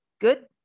good